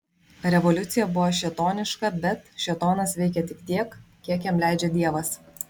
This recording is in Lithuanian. revoliucija buvo šėtoniška bet šėtonas veikia tik tiek kiek jam leidžia dievas